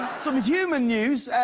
some human news.